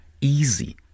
easy